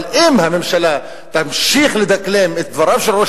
אבל אם הממשלה תמשיך לדקלם את דבריו של ראש